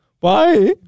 Bye